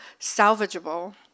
salvageable